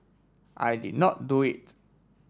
I did not do it